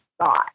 thought